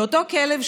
ואותו כלב,